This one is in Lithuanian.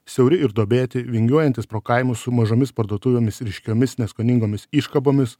siauri ir duobėti vingiuojantys pro kaimus su mažomis parduotuvėmis ryškiomis neskoningomis iškabomis